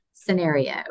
scenario